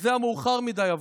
אך זה היה מאוחר מדי עבורו.